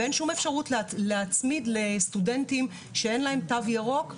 ואין שום אפשרות להצמיד לסטודנטים שאין להם תו ירוק שמירה,